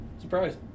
Surprise